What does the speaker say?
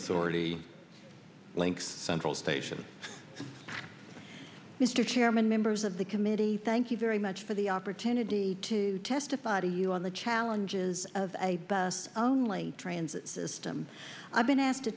authority links central station mr chairman members of the committee thank you very much for the opportunity to testify to you on the challenges of a best only transit system i've been